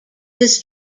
this